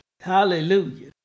Hallelujah